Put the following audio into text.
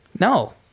no